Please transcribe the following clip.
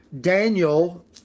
Daniel